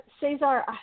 Cesar –